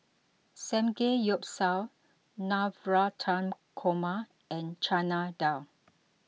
Samgeyopsal Navratan Korma and Chana Dal